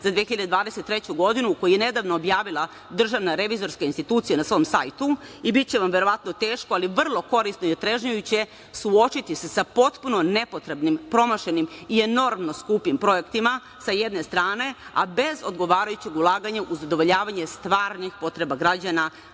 za 2023. godinu koji je nedavno objavila DRI na svom sajtu i biće vam verovatno teško, ali vrlo je korisno i otrežnjujuće suočiti se sa potpuno nepotrebnim, promašenim i enormno skupim projektima, sa jedne strane, a bez odgovarajućeg ulaganja uz zadovoljavanje stvarnih potreba građana,